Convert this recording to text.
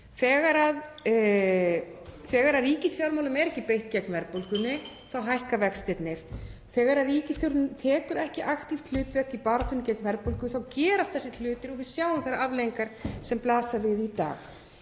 Þegar ríkisfjármálum er ekki beitt gegn verðbólgunni hækka vextirnir. Þegar ríkisstjórnin tekur ekki aktíft hlutverk í baráttunni gegn verðbólgu þá gerast þessir hlutir og við sjáum afleiðingarnar blasa við í dag.